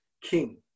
king